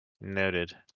Noted